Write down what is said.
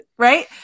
Right